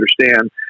understand